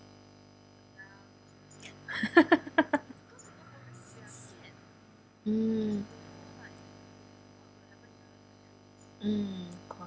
mm mm